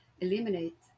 eliminate